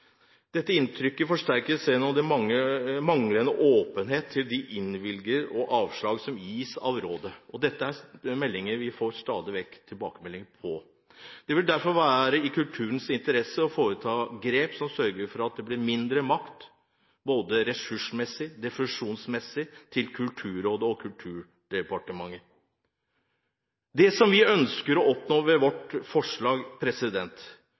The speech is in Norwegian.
Dette inntrykket forsterkes gjennom manglende åpenhet med hensyn til de innvilgninger og avslag som gis av rådet. Dette er noe vi stadig vekk får tilbakemeldinger om. Det vil derfor være i kulturens interesse å foreta grep som sørger for at det blir mindre makt både ressursmessig og definisjonsmessig til Kulturrådet og Kulturdepartementet. Det vi ønsker å oppnå med vårt forslag,